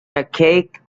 archaic